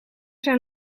zijn